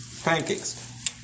pancakes